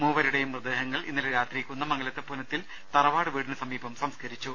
മൂവരുടേയും മൃതദേഹങ്ങൾ ഇന്നലെ രാത്രി കുന്ദമംഗലത്തെ പുനത്തിൽ തറവാട് വീടിന് സമീപം സംസ്കരിച്ചു